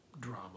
drama